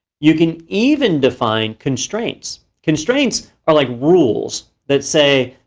you can even define constraints. constraints are like rules that say,